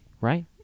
right